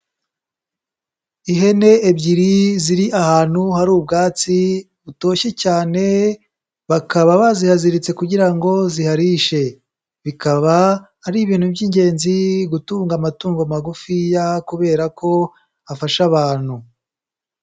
Ihene ebyiri ziri ahantu hari ubwatsi butoshye cyane bakaba bazihaziritse kugira ngo ziharishe, bikaba ari ibintu by'ingenzi gutunga amatungo magufiya kubera ko afasha abantu.